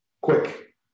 quick